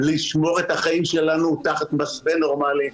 לשמור את החיים שלנו תחת מסווה נורמלי,